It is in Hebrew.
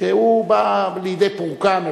שהוא בא לידי פורקן,